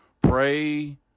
Pray